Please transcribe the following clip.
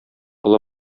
олы